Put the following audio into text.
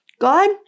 God